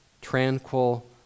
tranquil